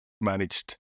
managed